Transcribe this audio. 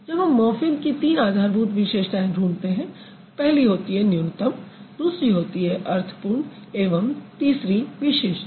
जब हम मॉर्फ़िम की तीन आधारभूत विशेषताएँ ढूंढते हैं पहली होती है न्यूनतम दूसरी होती है अर्थपूर्ण एवं तीसरी विशिष्ट